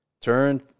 turn